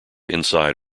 inside